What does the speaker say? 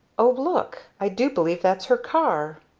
o look i do believe that's her car!